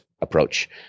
approach